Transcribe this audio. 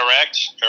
correct